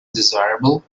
desirable